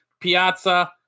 Piazza